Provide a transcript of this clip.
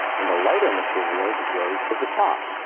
and the lighter materials rose to the top.